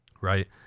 Right